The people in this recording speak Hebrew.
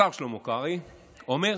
השר שלמה קרעי אומר: